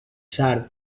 sard